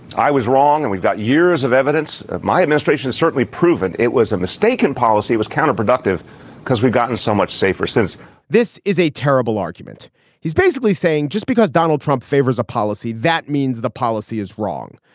i was wrong and we've got years of evidence of my administration certainly proven it was a mistaken policy was counterproductive because we've gotten so much safer since this is a terrible argument he's basically saying just because donald trump favors a policy that means the policy is wrong.